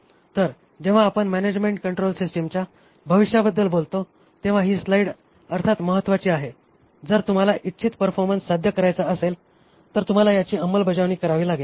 तर जेव्हा आपण मॅनॅजमेन्ट कंट्रोल सिस्टिमच्या भविष्याबद्दल बोलतो तेव्हा ही स्लाइड सर्वात महत्वाची आहे जर तुम्हाला इच्छित परफॉर्मन्स साध्य करायचा असेल तर तुम्हाला याची अंमलबजावणी करावी लागेल